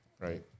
Right